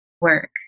work